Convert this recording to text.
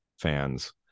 fans